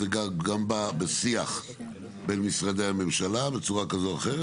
זה גם בא בשיח בין משרדי הממשלה בצורה כזו או אחרת.